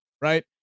right